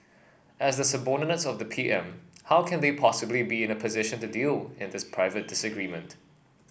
as the subordinates of the P M how can they possibly be in a position to deal in this private disagreement